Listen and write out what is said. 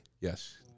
Yes